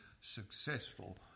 successful